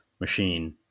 machine